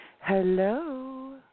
hello